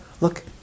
Look